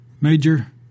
Major